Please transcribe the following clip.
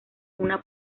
una